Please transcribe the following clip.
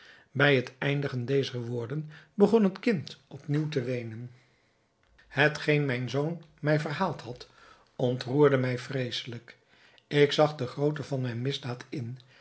bij het eindigen dezer woorden begon het kind op nieuw te weenen hetgeen mijn zoon mij verhaald had ontroerde mij vreeselijk ik zag de grootte van mijne misdaad in